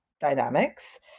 dynamics